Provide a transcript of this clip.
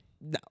No